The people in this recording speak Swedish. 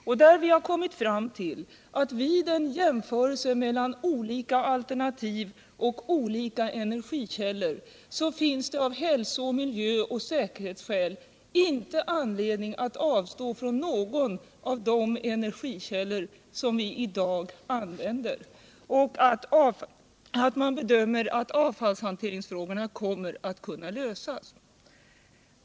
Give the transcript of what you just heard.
Vi har därvid kommit fram till att det vid en jämförelse mellan olika alternativ och energikällor inte av hälso-, miljöoch säkerhetsskäl finns anledning att avstå från någon av de energikällor som vi i dag använder och att man bedömer att avfallshanteringsfrågorna kommer att kunna lösas.